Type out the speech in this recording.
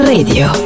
Radio